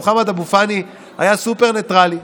מוחמד אבו פאני היה סופר ניטרלי,